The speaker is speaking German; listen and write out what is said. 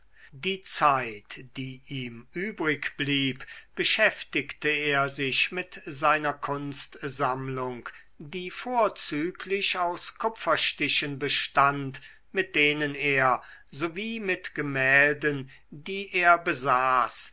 die zeit die ihm übrig blieb beschäftigte er sich mit seiner kunstsammlung die vorzüglich aus kupferstichen bestand mit denen er sowie mit gemälden die er besaß